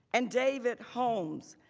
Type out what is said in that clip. and david holmes,